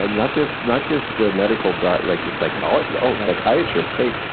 and not just not just the medical doc like, the psychologists psychiatrists. hey,